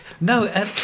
No